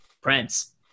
Prince